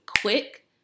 quick